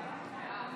ההצעה